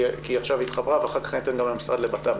כי היא עכשיו התחברה ואחר כך אני אתן למשרד לביטחון פנים להתייחס,